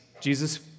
Jesus